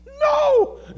No